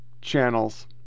channels